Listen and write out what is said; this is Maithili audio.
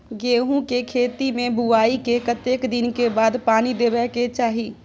गेहूँ के खेती मे बुआई के कतेक दिन के बाद पानी देबै के चाही?